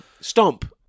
Stomp